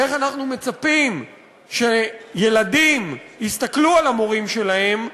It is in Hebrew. איך אנחנו מצפים שילדים יסתכלו על המורים שלהם,